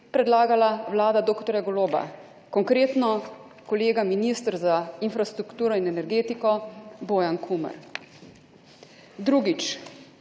predlagala Vlada dr. Goloba, konkretno kolega minister za infrastrukturo in energetiko Bojan Kumer. Drugič,